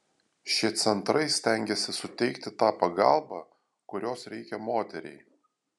šie centrai stengiasi suteikti tą pagalbą kurios reikia moteriai